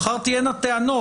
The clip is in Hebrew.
מחר תהיינה טענות,